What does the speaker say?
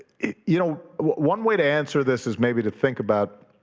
you know one way to answer this is maybe to think about